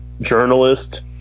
Journalist